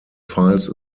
files